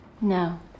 No